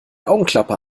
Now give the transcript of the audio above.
augenklappe